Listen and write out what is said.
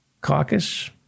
Caucus